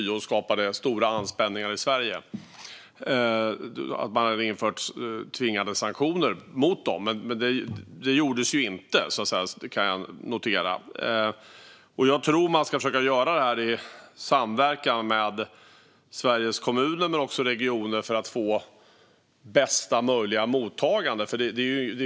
Det hade skapat stora spänningar här i Sverige att man hade infört tvingande sanktioner mot kommuner. Det gjordes inte, kan jag notera. Jag tror att man ska försöka göra det i samverkan med Sveriges Kommuner och Regioner för att få bästa möjliga mottagande.